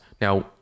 Now